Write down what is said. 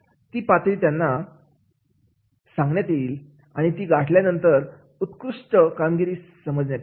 ती पातळी त्यांना सांगण्यात येईल आणि ती गाठल्यानंतर उत्कृष्ट कामगिरी समजण्यात येईल